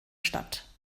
statt